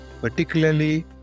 particularly